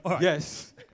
Yes